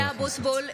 (קוראת בשמות חברי הכנסת) משה אבוטבול,